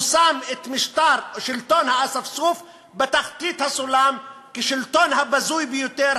הוא שם את שלטון האספסוף בתחתית הסולם כשלטון הבזוי ביותר,